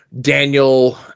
Daniel